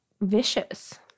vicious